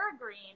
green